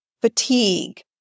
fatigue